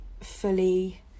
fully